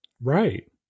right